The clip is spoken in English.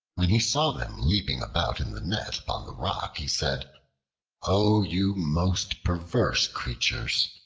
when he saw them leaping about in the net upon the rock he said o you most perverse creatures,